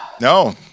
no